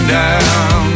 down